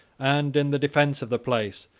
and, in the defence of the place,